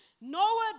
Noah